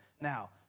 now